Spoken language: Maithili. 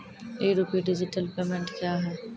ई रूपी डिजिटल पेमेंट क्या हैं?